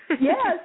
Yes